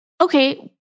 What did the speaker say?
okay